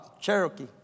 Cherokee